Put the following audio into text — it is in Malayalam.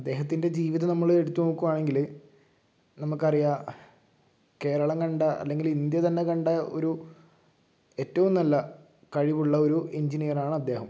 അദ്ദേഹത്തിൻ്റെ ജീവിതം നമ്മൾ എടുത്ത് നോക്കുകയാണെങ്കിൽ നമുക്ക് അറിയാം കേരളം കണ്ട അല്ലെങ്കിൽ ഇന്ത്യ തന്നെ കണ്ട ഒരു ഏറ്റവും നല്ല കഴിവുള്ള ഒരു എഞ്ചിനീയറാണ് അദ്ദേഹം